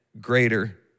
greater